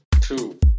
two